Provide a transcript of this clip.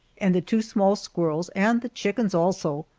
and the two small squirrels, and the chickens also.